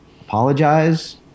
apologize